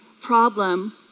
problem